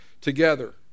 together